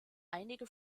einige